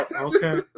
Okay